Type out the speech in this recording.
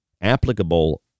applicable